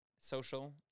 social